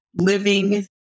living